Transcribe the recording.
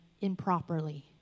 improperly